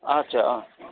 अच्छा